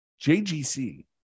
jgc